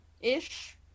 ish